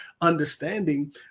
understanding